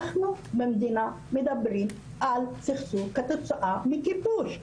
אנחנו במדינה מדברים על סכסוך כתוצאה מכיבוש,